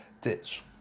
ditch